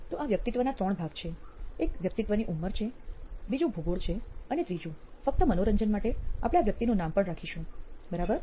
તો આ વ્યક્તિત્વના ત્રણ ભાગ છે એક વ્યક્તિની ઉંમર છે બીજું ભૂગોળ છે અને ત્રીજું ફક્ત મનોરંજન માટે આપણે આ વ્યક્તિનું નામ પણ રાખીશું બરાબર